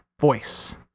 voice